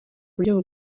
buryo